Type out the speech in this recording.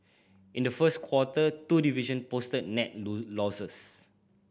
in the first quarter two division posted net losses